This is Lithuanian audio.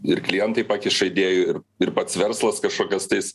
ir klientai pakiša idėjų ir ir pats verslas kažkokias tais